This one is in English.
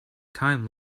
time